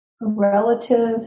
relative